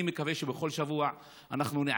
אני מקווה שכל שבוע נעדכן,